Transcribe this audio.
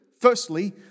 firstly